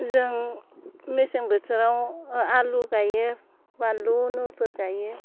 जों मेसें बोथोराव आलु गायो बानलु नुहरुफोर गायो